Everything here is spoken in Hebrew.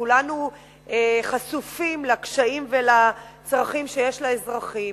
וכולנו חשופים לקשיים ולצרכים שיש לאזרחים,